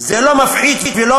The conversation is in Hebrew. זה לא מפחית, לא